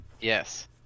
Yes